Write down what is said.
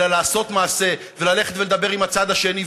אלא לעשות מעשה וללכת לדבר עם הצד השני,